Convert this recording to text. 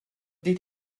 did